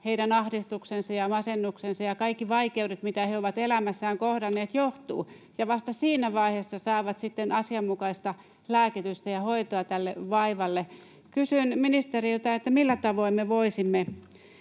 heidän ahdistuksensa ja masennuksensa ja kaikki vaikeudet, mitä he ovat elämässään kohdanneet, johtuvat, ja vasta siinä vaiheessa saavat sitten asianmukaista lääkitystä ja hoitoa tälle vaivalle. Kysyn ministeriltä: millä tavoin me voisimme